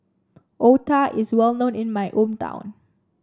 otah is well known in my hometown